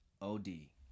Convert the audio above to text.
O-D